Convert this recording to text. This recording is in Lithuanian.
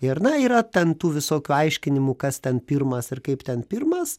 ir na yra ten tų visokių aiškinimų kas ten pirmas ir kaip ten pirmas